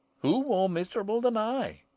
who more miserable than i,